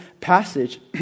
passage